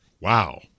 Wow